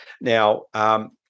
now